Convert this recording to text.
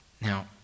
Now